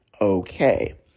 okay